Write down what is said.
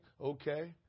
okay